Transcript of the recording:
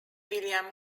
william